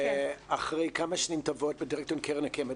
אחרי כמה שנים טובות בדירקטוריון הקרן הקיימת,